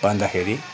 भन्दाखेरि